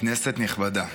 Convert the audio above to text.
כנסת נכבדה,